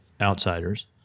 outsiders